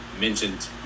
mentioned